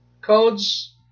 Codes